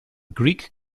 greek